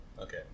okay